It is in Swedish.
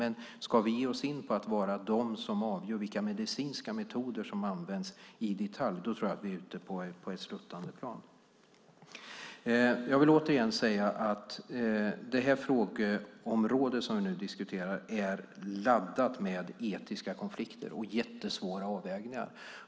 Men ska vi ge oss in på att vara de som avgör vilka medicinska metoder som ska användas i detalj tror jag att vi är ute på ett sluttande plan. Jag vill återigen säga att det frågeområde som vi nu diskuterar är laddat med etiska konflikter och jättesvåra avvägningar.